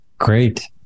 Great